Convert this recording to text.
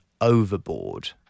overboard